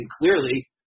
clearly